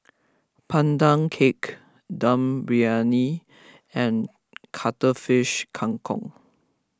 Pandan Cake Dum Briyani and Cuttlefish Kang Kong